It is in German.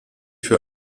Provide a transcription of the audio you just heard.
für